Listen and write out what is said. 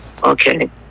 Okay